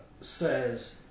says